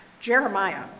Jeremiah